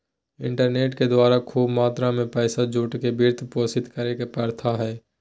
internet के द्वारा खूब मात्रा में पैसा जुटा के वित्त पोषित करे के प्रथा हइ